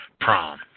prom